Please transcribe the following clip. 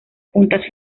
juntas